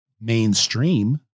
mainstream